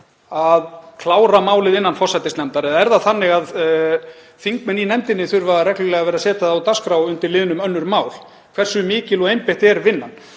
að klára málið innan forsætisnefndar? Eða er það þannig að þingmenn í nefndinni þurfa reglulega að setja það á dagskrá undir liðnum önnur mál? Hversu mikil og einbeitt er vinnan?